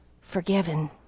forgiven